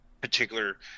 particular